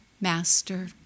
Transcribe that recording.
master